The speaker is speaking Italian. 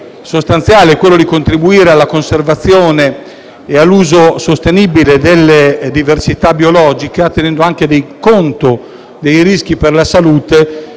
fondamentale è di contribuire alla conservazione e all'uso sostenibile della diversità biologica, tenendo anche conto dei rischi per la salute